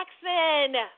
Jackson